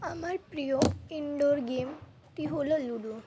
আমার প্রিয় ইনডোর গেমটি হলো লুডো